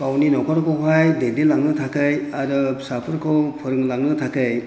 गावनि न'खरखौहाय दैदेनलांनो थाखाय आरो फिसाफोरखौ फोरोंलांनो थाखाय